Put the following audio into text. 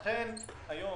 אכן היום,